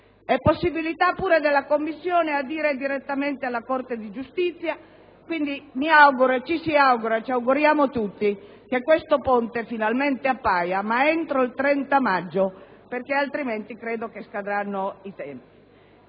la possibilità di adire direttamente alla Corte di giustizia quindi mi auguro, ci si augura, ci auguriamo tutti che questo ponte finalmente appaia, ma entro il 30 maggio perché altrimenti credo che scadranno i tempi.